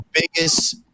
biggest